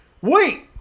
wait